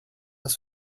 ist